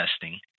testing